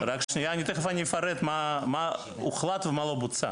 תיכף אני אפרט מה הוחלט ומה בוצע.